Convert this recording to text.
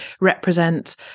represent